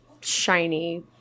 shiny